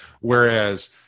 whereas